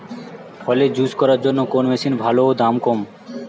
ফলের জুস করার জন্য কোন মেশিন ভালো ও দাম কম?